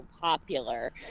Popular